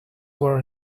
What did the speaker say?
were